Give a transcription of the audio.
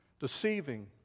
deceiving